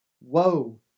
Woe